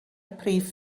prif